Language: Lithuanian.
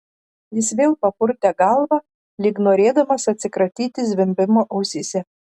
jis vėl papurtė galvą lyg norėdamas atsikratyti zvimbimo ausyse